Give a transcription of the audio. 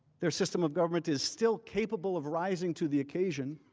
their system of government is still capable of rising to the occasion.